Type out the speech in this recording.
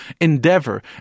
endeavor